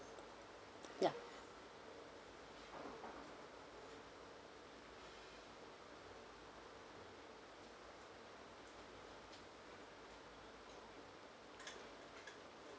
ya